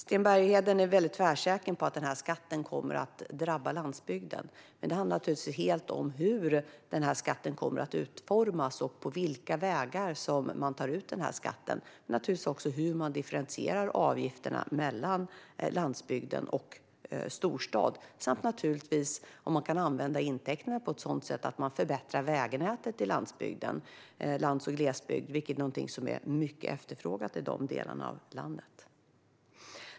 Sten Bergheden är tvärsäker på att denna skatt kommer att drabba landsbygden, men det beror alldeles på hur skatten kommer att utformas och på vilka vägar man tar ut skatten. Det beror också på hur man differentierar avgifterna mellan landsbygd och storstad samt naturligtvis om man kan använda intäkterna på ett sådant sätt att man förbättrar vägnätet på landsbygden och i glesbygden, vilket är någonting som är mycket efterfrågat i de delarna av landet.